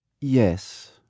Yes